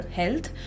health